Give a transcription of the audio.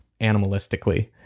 animalistically